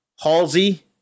Halsey